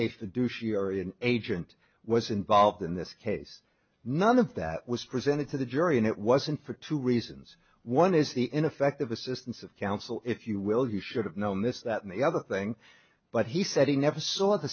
fiduciary an agent was involved in this case none of that was presented to the jury and it wasn't for two reasons one is the ineffective assistance of counsel if you will you should have known this that and the other thing but he said he never saw the